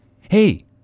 hey